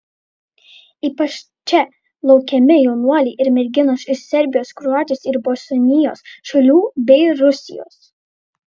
ypač čia laukiami jaunuoliai ir merginos iš serbijos kroatijos ir bosnijos šalių bei rusijos